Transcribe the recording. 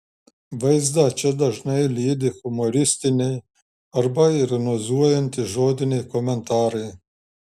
vaizdą čia dažnai lydi humoristiniai arba ironizuojantys žodiniai komentarai